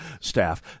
staff